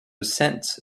cents